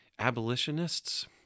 abolitionists